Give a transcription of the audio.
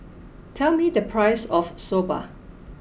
tell me the price of Soba